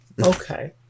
okay